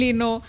no